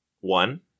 One